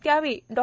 त्यावेळी डॉ